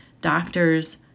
Doctors